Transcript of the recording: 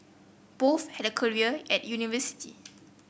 both had a career at university